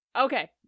Okay